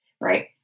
Right